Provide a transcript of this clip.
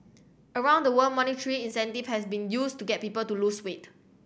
around the world monetary incentive has been used to get people to lose weight